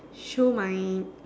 show my